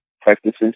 practices